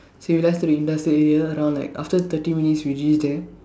so we left to the industrial area around like after thirty minutes we reach there